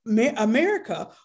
America